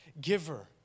giver